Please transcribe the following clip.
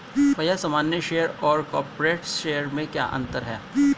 भैया सामान्य शेयर और कॉरपोरेट्स शेयर में क्या अंतर है?